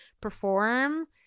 perform